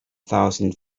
thousand